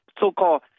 so-called